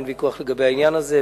אין ויכוח לגבי העניין הזה.